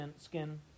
skin